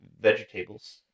vegetables